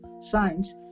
Science